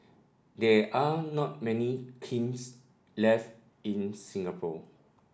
there are not many kilns left in Singapore